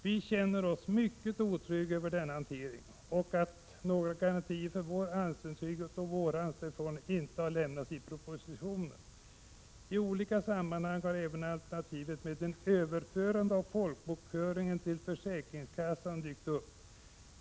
Vi känner oss mycket otrygga över denna hantering och att några garantier för vår anställningstrygghet och våra anställningsförmåner inte har lämnats i propositionen. I olika sammanhang har även alternativet med ett överförande av folkbokföringen till försäkringskassan dykt upp.